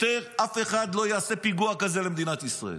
ויותר אף אחד לא יעשה פיגוע כזה למדינת ישראל.